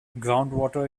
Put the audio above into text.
groundwater